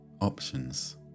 options